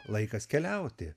laikas keliauti